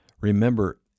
Remember